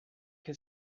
que